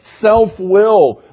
self-will